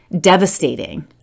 devastating